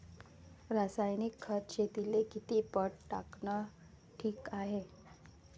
रासायनिक खत शेतीले किती पट टाकनं ठीक हाये?